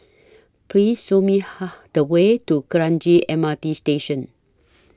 Please Show Me Ha Ha The Way to Kranji M R T Station